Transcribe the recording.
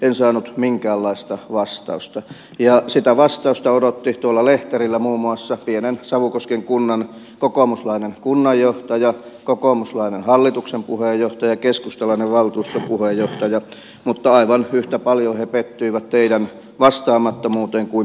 en saanut minkäänlaista vastausta ja sitä vastausta odottivat tuolla lehterillä muun muassa pienen savukosken kunnan kokoomuslainen kunnanjohtaja kokoomuslainen hallituksen puheenjohtaja ja keskustalainen valtuuston puheenjohtaja mutta aivan yhtä paljon he pettyivät teidän vastaamattomuuteenne kuin minäkin